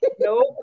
Nope